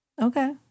Okay